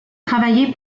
travaillée